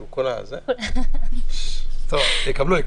יקבלו, יקבלו.